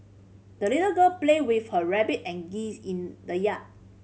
the little girl played with her rabbit and geese in the yard